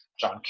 John